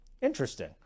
Interesting